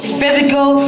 physical